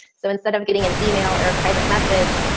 so instead of getting an email or a private message.